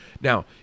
Now